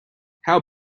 how